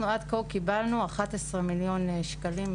אנחנו עד כה קיבלנו 11 מיליון שקלים.